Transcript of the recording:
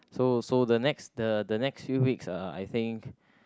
so so the next the next few weeks I think